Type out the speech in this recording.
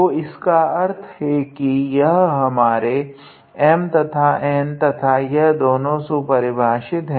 तो इसका अर्थ है यह हमारे M तथा N है तथा यह दोनों सुपरिभाषित है